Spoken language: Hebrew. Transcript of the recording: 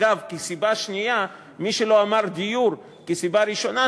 אגב, כסיבה שנייה, מי שלא אמר דיור כסיבה ראשונה,